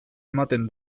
ematen